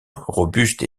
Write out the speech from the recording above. robuste